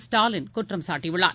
ஸ்டாலின் குற்றம் சாட்டியுள்ளார்